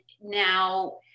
now